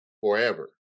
forever